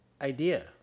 idea